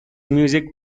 music